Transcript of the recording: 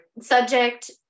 subject